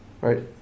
Right